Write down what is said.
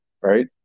right